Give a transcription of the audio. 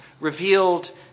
revealed